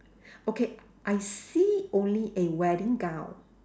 okay I see only a wedding gown